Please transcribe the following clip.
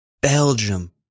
Belgium